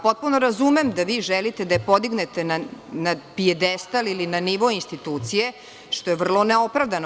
Potpuno razumem da vi želite da je podignete na pijedestal ili na nivo institucije, što je vrlo ne opravdano.